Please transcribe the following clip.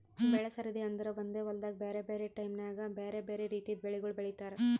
ಬೆಳೆ ಸರದಿ ಅಂದುರ್ ಒಂದೆ ಹೊಲ್ದಾಗ್ ಬ್ಯಾರೆ ಬ್ಯಾರೆ ಟೈಮ್ ನ್ಯಾಗ್ ಬ್ಯಾರೆ ಬ್ಯಾರೆ ರಿತಿದು ಬೆಳಿಗೊಳ್ ಬೆಳೀತಾರ್